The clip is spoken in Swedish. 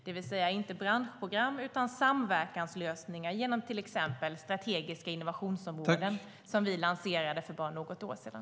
Det är alltså inte branschprogram utan samverkanslösningar genom till exempel strategiska innovationsområden, som vi lanserade för bara något år sedan.